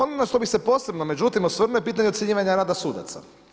Ono na što bi se posebno međutim osvrnuo je pitanje ocjenjivanje rada sudaca.